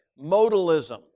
Modalism